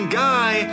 guy